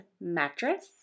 mattress